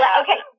okay